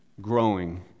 growing